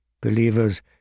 Believers